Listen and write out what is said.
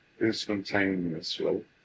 instantaneously